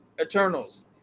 Eternals